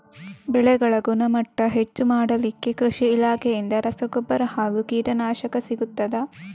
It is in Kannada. ಬೆಳೆಗಳ ಗುಣಮಟ್ಟ ಹೆಚ್ಚು ಮಾಡಲಿಕ್ಕೆ ಕೃಷಿ ಇಲಾಖೆಯಿಂದ ರಸಗೊಬ್ಬರ ಹಾಗೂ ಕೀಟನಾಶಕ ಸಿಗುತ್ತದಾ?